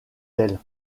elle